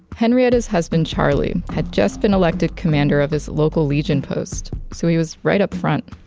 henrietta's husband charlie had just been elected commander of his local legion post, so he was right up front.